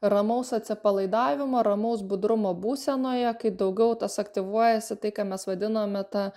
ramaus atsipalaidavimo ramaus budrumo būsenoje kai daugiau tas aktyvuojasi tai ką mes vadinome tą